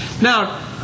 Now